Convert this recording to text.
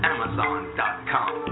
Amazon.com